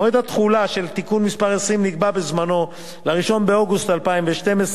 מועד התחילה של תיקון מס' 20 נקבע בזמנו ל-1 באוגוסט 2012,